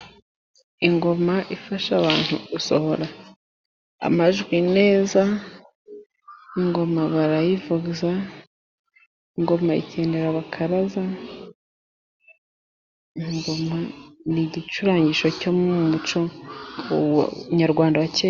Ingoma ifasha abantu gusohora amajwi neza, ingoma barayivuza ingoma ikenera abakaraza, ingoma ni igicurangisho cyo mu muco nyarwanda wa kera.